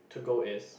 to go is